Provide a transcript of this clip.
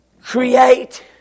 Create